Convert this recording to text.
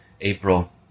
April